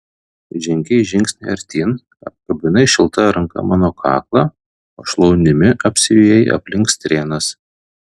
žengei žingsnį artyn apkabinai šilta ranka mano kaklą o šlaunimi apsivijai aplink strėnas